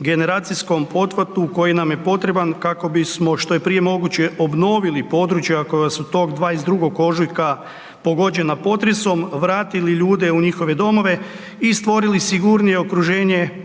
generacijskom pothvatu koji nam je potreban kako bismo što je prije moguće obnovili područja koja su tog 22. ožujka pogođena potresom vratili ljude u njihove domove i stvorili sigurnije okruženje